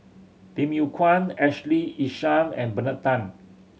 Lim Yew Kuan Ashley Isham and Bernard Tan